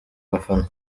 bafana